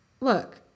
Look